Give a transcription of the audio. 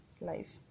life